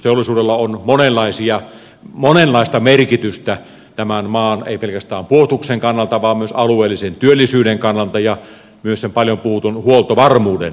puolustusteollisuudella on monenlaista merkitystä ei pelkästään tämän maan puolustuksen kannalta vaan myös alueellisen työllisyyden kannalta ja myös sen paljon puhutun huoltovarmuuden kannalta